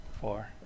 Four